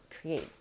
create